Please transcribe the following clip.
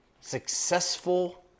successful